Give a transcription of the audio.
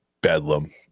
bedlam